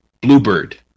bluebird